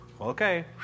Okay